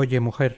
oye mujer